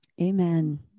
Amen